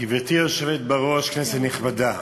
גברתי היושבת בראש, כנסת נכבדה,